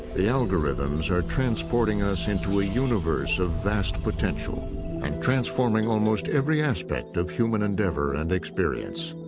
the algorithms are transporting us into a universe of vast potential and transforming almost every aspect of human endeavor and experience.